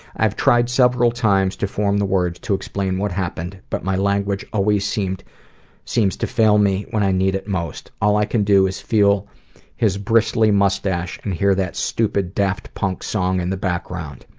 i've tried several times to form the words to explain what happened, but my language always seems seems to fail me when i need it most. all i can do is feel his bristly moustache and hear that stupid daft punk song in the background.